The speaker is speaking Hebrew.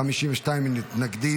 52 נגד.